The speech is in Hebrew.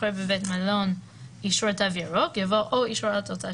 אחרי "בבית המלון אישור "תו ירוק"" יבוא "או אישור על תוצאה